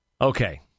Okay